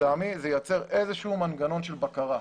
לטעמי זה ייצר איזשהו מנגנון של בקרה.